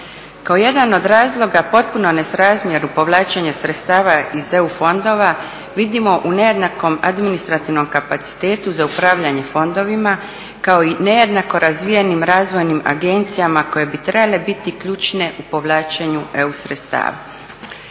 Kao jedan od razloga potpuno nesrazmjeru povlačenja sredstava iz EU fondova vidimo u nejednakom administrativnom kapacitetu za upravljanje fondovima kao i nejednako razvijenim razvojnim agencijama koje bi trebale biti ključne u povlačenju EU sredstava.